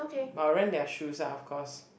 but rent their shoes ah of course